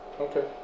Okay